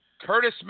Curtis